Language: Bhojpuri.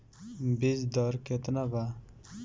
बीज दर केतना वा?